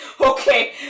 Okay